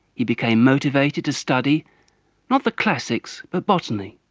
he became motivated to study not the classics but botany.